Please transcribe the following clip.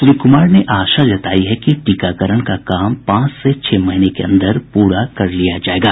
श्री कुमार ने आशा जतायी है कि टीकाकरण का काम पांच से छह महीने के अन्दर पूरा कर लिया जायेगा